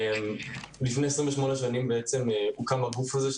לפני 28 שנים הוקם הגוף הזה,